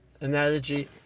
analogy